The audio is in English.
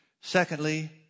Secondly